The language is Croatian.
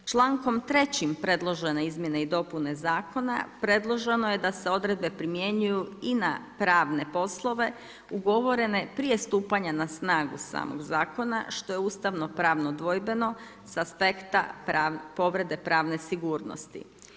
Člankom 3. predložene izmjene i dopune zakona predloženo je da se odredbe primjenjuju i na pravne poslove, ugovorene prije stupanja na snagu samog zakona što je ustavno pravno dvojbeno sa aspekta povrede pravne sigurnosti.